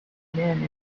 men